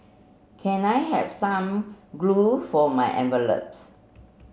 can I have some glue for my envelopes